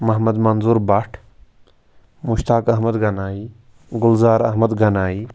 Mohammad Manzoor Bhat Mushtaq Ahmad Ghanai Gulzar Ahmad Ghanai